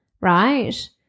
right